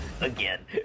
Again